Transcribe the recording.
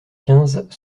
quinze